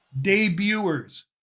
debuters